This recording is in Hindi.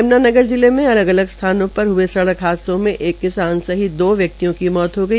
यमुनानगर जिले में अलग अलग सथानो पर हय सड़क हादसों में एक किसान सहित दो व्यक्तियों की मौत हो गई